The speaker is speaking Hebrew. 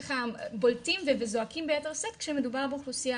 בולטים וזועקים ביתר שאת כשמדובר באוכלוסייה